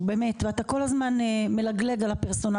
אני מבינה, אבל זה הדחה, תכלס זה בניגוד לעמדתו.